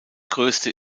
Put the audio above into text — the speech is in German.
größte